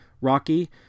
Rocky